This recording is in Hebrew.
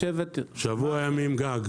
שבוע ימים גג.